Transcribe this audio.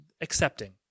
Accepting